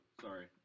Sorry